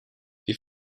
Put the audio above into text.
wie